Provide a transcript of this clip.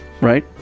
Right